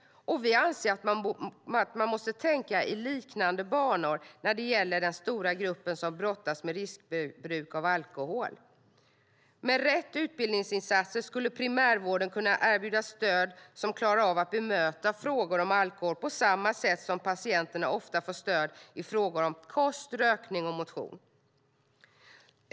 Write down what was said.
Vi anser att man måste tänka i liknande banor när det gäller den stora grupp som brottas med riskbruk av alkohol. Med rätt utbildningsinsatser skulle primärvården kunna erbjuda stöd där man klarar av att bemöta frågor om alkohol på samma sätt som patienter ofta får stöd i frågor om kost, rökning och motion.